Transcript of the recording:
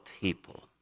people